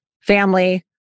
family